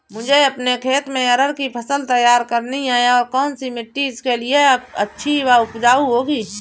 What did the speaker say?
मुझे अपने खेत में अरहर की फसल तैयार करनी है और कौन सी मिट्टी इसके लिए अच्छी व उपजाऊ होगी?